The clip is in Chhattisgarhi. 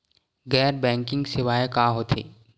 गैर बैंकिंग सेवाएं का होथे?